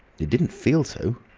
it didn't feel so.